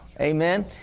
Amen